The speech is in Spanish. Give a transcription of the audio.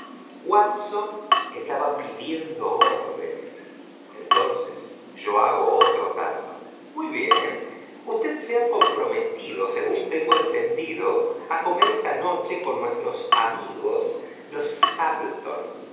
estaba pidiendo órdenes entonces yo hago otro tanto muy bien usted se ha comprometido según tengo entendido á comer esta noche con nuestros amigos los